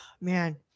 Man